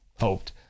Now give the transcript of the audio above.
hoped